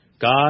God